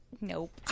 Nope